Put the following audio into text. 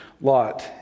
Lot